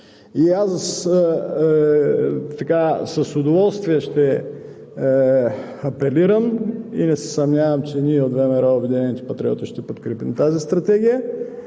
С удоволствие ще апелирам, и не се съмнявам, че ние от ВМРО и „Обединени патриоти“ ще подкрепим тази стратегия.